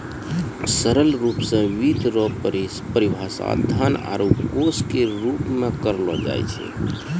सरल रूप मे वित्त रो परिभाषा धन आरू कोश के रूप मे करलो जाय छै